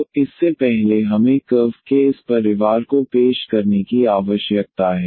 तो इससे पहले हमें कर्व के इस परिवार को पेश करने की आवश्यकता है